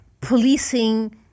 policing